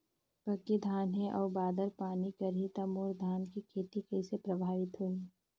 पके धान हे अउ बादर पानी करही त मोर धान के खेती कइसे प्रभावित होही?